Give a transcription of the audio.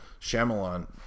Shyamalan